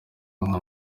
nka